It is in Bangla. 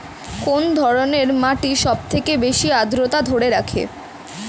কোন ধরনের মাটি সবথেকে বেশি আদ্রতা ধরে রাখে?